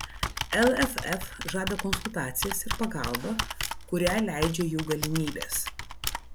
lff žada konsultacijas ir pagalbą kurią leidžia jų galimybės